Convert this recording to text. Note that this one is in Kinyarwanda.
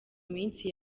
minsi